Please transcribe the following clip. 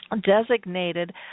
designated